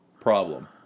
problem